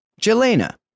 Jelena